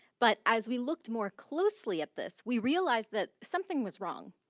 but as we looked more closely at this we realize that something was wrong,